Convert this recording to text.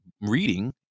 reading